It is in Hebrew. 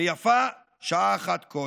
ויפה שעה אחת קודם.